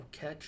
catch